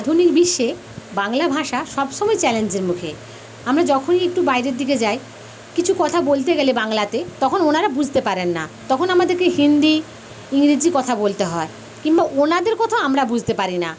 আধুনিক বিশ্বে বাংলা ভাষা সব সময়ই চ্যালেঞ্জের মুখে আমরা যখনই একটু বাইরের দিকে যাই কিছু কথা বলতে গেলে বাংলাতে তখন ওঁরা বুঝতে পারেন না তখন আমাদেরকে হিন্দি ইংরেজি কথা বলতে হয় কিংবা ওঁদের কথা আমরা বুঝতে পারি না